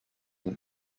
that